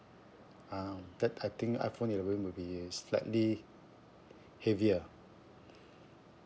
ah that I think iphone eleven will be slightly heavier